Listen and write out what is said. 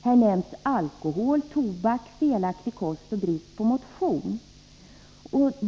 Här nämns alkohol, tobak, felaktig kost och brist på motion.